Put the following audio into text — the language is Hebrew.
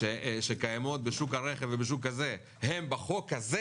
שקיימות בשוק הרכב ובשוק החלב הן בחוק הזה